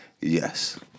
Yes